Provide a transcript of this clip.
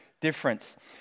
difference